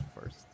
first